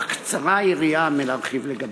אך קצרה היריעה מלהרחיב לגביהם.